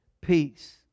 Peace